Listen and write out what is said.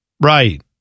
Right